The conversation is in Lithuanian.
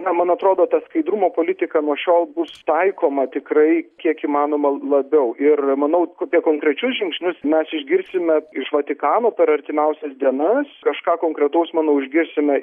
na man atrodo ta skaidrumo politika nuo šiol bus taikoma tikrai kiek įmanoma labiau ir manau kokie konkrečius žingsnius mes išgirsime iš vatikano per artimiausias dienas kažką konkretaus manau išgirsime